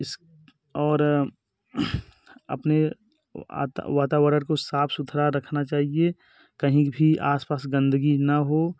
इस और अपने वाता वातावरण को साफ़ सुथरा रखना चहिए कहीं भी आस पास गंदगी ना हो